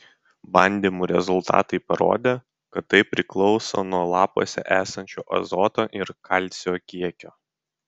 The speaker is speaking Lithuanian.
bandymų rezultatai parodė kad tai priklauso nuo lapuose esančio azoto ir kalcio kiekio